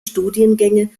studiengänge